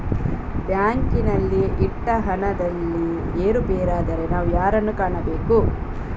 ಬ್ಯಾಂಕಿನಲ್ಲಿ ಇಟ್ಟ ಹಣದಲ್ಲಿ ಏರುಪೇರಾದರೆ ನಾವು ಯಾರನ್ನು ಕಾಣಬೇಕು?